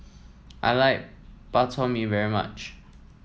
I like Bak Chor Mee very much